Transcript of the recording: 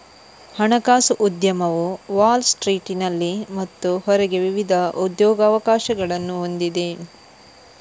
ಹಣಕಾಸು ಉದ್ಯಮವು ವಾಲ್ ಸ್ಟ್ರೀಟಿನಲ್ಲಿ ಮತ್ತು ಹೊರಗೆ ವಿವಿಧ ಉದ್ಯೋಗಾವಕಾಶಗಳನ್ನು ಹೊಂದಿದೆ